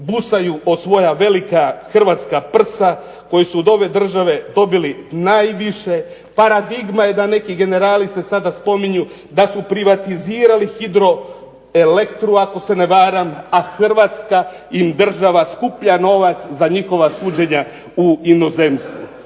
busaju u svoja velika hrvatska prsa, koji su od ove države dobili najviše, paradigma da neki generali se sada spominju da su privatizirali Hidroelektru ako se ne varam, a Hrvatska im država skuplja novac za njihova suđenja u inozemstvu.